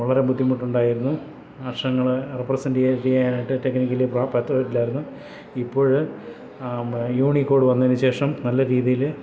വളരെ ബുദ്ധിമുട്ടുണ്ടായിരുന്നു വർഷങ്ങള് റെപ്രസെന്റിയ്യാനായിട്ട് ടെക്നിക്കലി പറ്റുന്നില്ലായിരുന്നു ഇപ്പോഴ് യൂണിക്കോഡ് വന്നതിന് ശേഷം നല്ലരീതിയില്